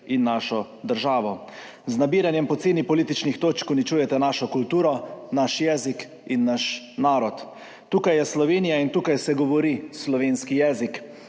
in našo državo. Z nabiranjem poceni političnih točk uničujete našo kulturo, naš jezik in naš narod. Tukaj je Slovenija in tukaj se govori slovenski jezik.